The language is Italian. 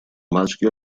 maschio